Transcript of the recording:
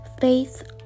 faith